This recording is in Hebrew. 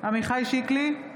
עמיחי שיקלי,